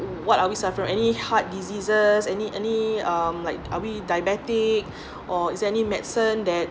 what are we suffer any heart diseases any any um like are we diabetic or is any medicine that